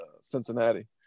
cincinnati